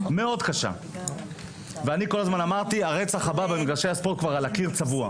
אני כל הזמן אמרתי שהרצח הבא כבר צבוע על הקיר במגרשי הספורט.